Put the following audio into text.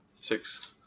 six